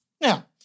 Now